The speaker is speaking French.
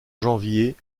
janvier